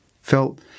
felt